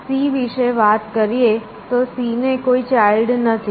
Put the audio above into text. C વિશે વાત કરીએ તો C ને કોઈ ચાઈલ્ડ નથી